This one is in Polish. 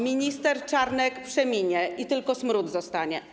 Minister Czarnek przeminie i tylko smród zostanie.